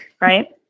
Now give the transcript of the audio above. right